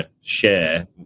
share